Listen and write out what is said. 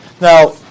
Now